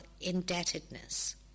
indebtedness